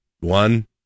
one